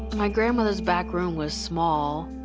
my grandmother's back room was small.